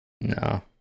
No